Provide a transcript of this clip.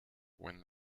when